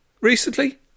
recently